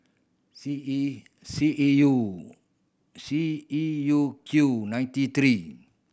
C E C E U C E U Q ninety three